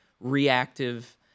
reactive